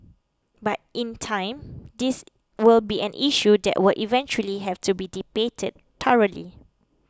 but in time this will be an issue that will eventually have to be debated thoroughly